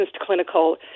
clinical